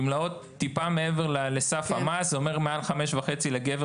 אני מדבר על גמלה שהיא טיפה מעבר לסף המס זה אומר מעל 5,500 ₪ לגבר